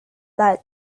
that